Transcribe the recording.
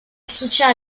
soutient